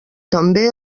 també